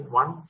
one